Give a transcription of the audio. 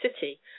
city